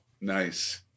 nice